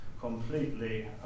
completely